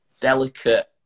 delicate